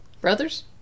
brothers